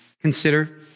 consider